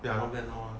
ya not bad